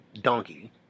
Donkey